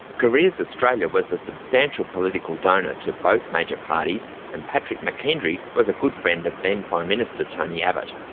careers australia was a substantial political donor to both major parties and patrick mckendry was a good friend of then prime minister tony abbott.